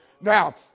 Now